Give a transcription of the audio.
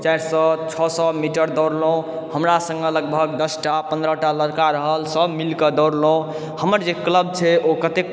चारि सए छओ सए मीटर दौड़लहुँ हमरा सङ्गे लगभग दसटा पन्द्रहटा लड़का रहल सभ मिलके दौड़लहुँ हमर जे क्लब छै ओ कतेक